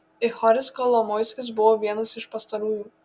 ihoris kolomoiskis buvo vienas iš pastarųjų